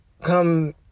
come